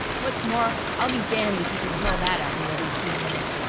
what's more, i'll be damned if you can hurl that at me every few minutes!